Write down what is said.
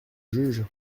juge